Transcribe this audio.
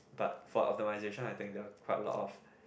but for optimisation I think there are quite a lot of